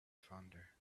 fonder